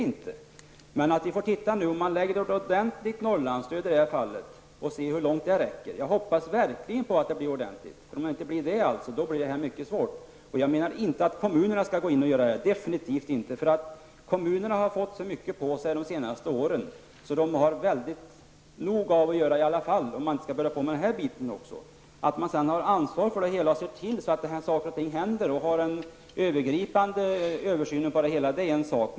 Om man ger ett ordentligt Norrlandsstöd får man se hur långt det räcker. Jag hoppas verkligen att det blir ordentligt. I annat fall kommer det här att bli mycket svårt. Jag menar absolut inte att kommunerna skall gå in. Kommunerna har fått så många uppgifter under de senaste åren att de har nog i alla fall. De skall inte behöva ge sig in på detta område också. Att de har ansvar för det hela, ser till att saker och ting händer och har den övergripande översynen är en sak.